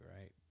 right